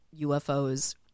UFOs